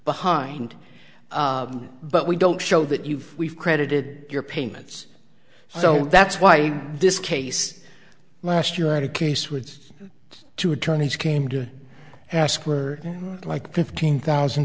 behind but we don't show that you've we've credited your payments so that's why this case last year i had a case with two attorneys came to ask for like fifteen thousand